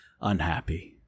unhappy